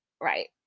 Right